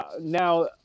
now